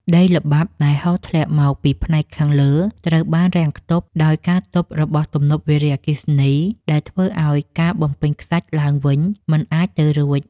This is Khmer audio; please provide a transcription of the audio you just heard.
ដីល្បាប់ដែលហូរធ្លាក់មកពីផ្នែកខាងលើត្រូវបានរាំងខ្ទប់ដោយការទប់របស់ទំនប់វារីអគ្គិសនីដែលធ្វើឱ្យការបំពេញខ្សាច់ឡើងវិញមិនអាចទៅរួច។